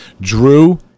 drew